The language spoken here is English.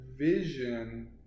vision